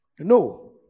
No